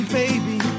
baby